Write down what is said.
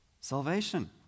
Salvation